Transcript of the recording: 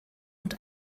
und